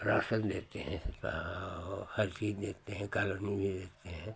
ration देते हैं और हर चीज़ देते हैं कालोनी भी देते हैं